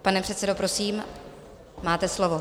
Pane předsedo, prosím, máte slovo.